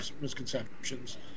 misconceptions